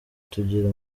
tugira